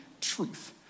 truth